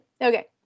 okay